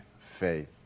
faith